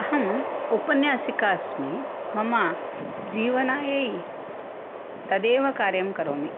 अहम् उपन्यासिका अस्मि मम जीवनायै तदेव कार्यं करोमि